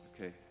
Okay